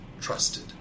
trusted